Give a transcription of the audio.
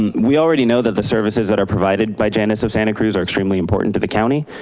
and we already know that the services that are provided by janus of santa cruz are extremely important to the county,